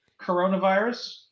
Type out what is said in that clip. coronavirus